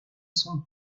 son